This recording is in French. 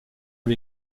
lui